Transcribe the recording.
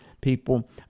people